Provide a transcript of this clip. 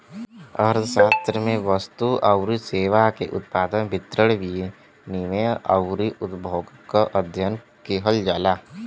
अर्थशास्त्र में वस्तु आउर सेवा के उत्पादन, वितरण, विनिमय आउर उपभोग क अध्ययन किहल जाला